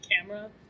camera